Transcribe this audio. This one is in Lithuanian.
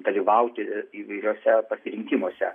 dalyvauti įvairiuose pasirinkimuose